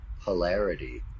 polarity